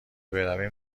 برویم